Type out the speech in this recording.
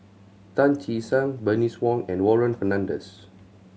Tan Che Sang Bernice Wong and Warren Fernandez